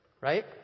Right